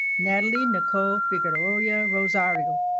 natalie nicole figueroa yeah rosario